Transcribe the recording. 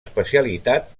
especialitat